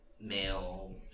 male